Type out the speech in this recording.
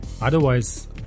Otherwise